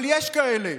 אבל יש כאלה.